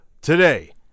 today